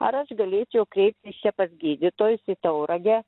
ar aš galėčiau kreiptis pas gydytojus į tauragę